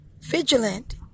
vigilant